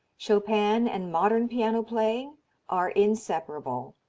chopin and modern piano playing are inseparable,